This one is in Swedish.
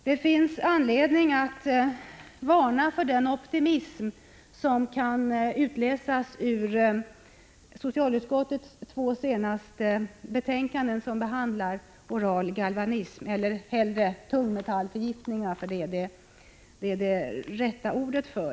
Det finns anledning att varna för den optimism som kan utläsas ur socialstyrelsens två senaste betänkanden som behandlar oral galvanism — eller hellre tungmetallförgiftningar, som är det rätta ordet.